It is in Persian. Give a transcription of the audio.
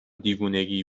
دیوونگی